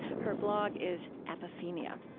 her blog is apophenia